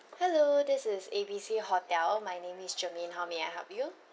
hello this is A B C hotel my name is shermaine how may I help you